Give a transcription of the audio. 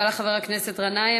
תודה לחבר הכנסת גנאים.